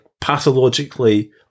pathologically